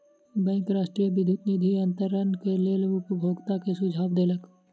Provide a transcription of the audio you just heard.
bank राष्ट्रीय विद्युत निधि अन्तरण के लेल उपभोगता के सुझाव देलक